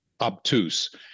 obtuse